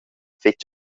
fetg